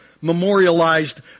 memorialized